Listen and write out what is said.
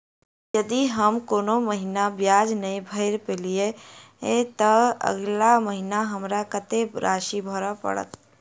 यदि हम कोनो महीना ब्याज नहि भर पेलीअइ, तऽ अगिला महीना हमरा कत्तेक राशि भर पड़तय?